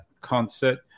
concert